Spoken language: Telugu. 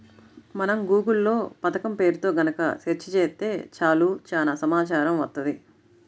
మనం గూగుల్ లో పథకం పేరుతో గనక సెర్చ్ చేత్తే చాలు చానా సమాచారం వత్తది